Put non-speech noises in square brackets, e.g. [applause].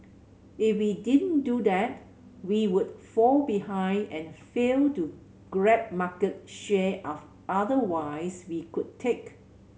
if we didn't do that we would fall behind and fail to grab market share [unintelligible] otherwise we could take